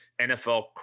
NFL